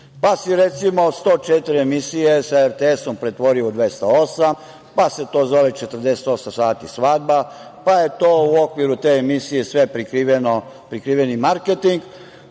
Pa, si recimo 104 emisije sa RTS pretvorio u 208, pa se to zove 48 sati svadba, pa je to u okviru te emisije sve prikriveni marketing,